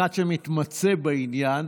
כאחד שמתמצא בעניין,